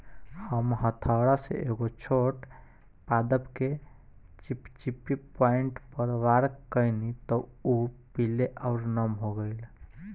हम हथौड़ा से एगो छोट पादप के चिपचिपी पॉइंट पर वार कैनी त उ पीले आउर नम हो गईल